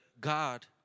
God